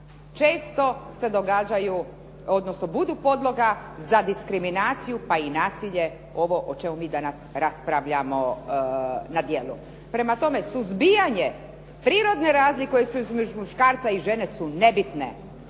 često se događaju odnosno budu podloga za diskriminaciju pa i nasilje ovo o čemu mi danas raspravljamo na dijelu. Prema tome, suzbijanje prirodne razlike između muškarca i žene su nebitne.